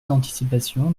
d’anticipation